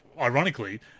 ironically